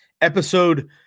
episode